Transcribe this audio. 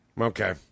Okay